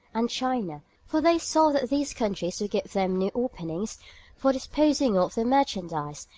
and china, for they saw that these countries would give them new openings for disposing of their merchandise,